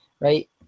right